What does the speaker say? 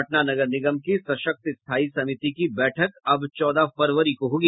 पटना नगर निगम की सशक्त स्थायी समिति की बैठक अब चौदह फरवरी को होगी